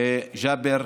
וג'אבר